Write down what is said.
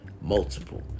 Multiple